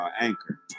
Anchor